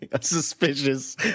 suspicious